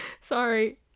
Sorry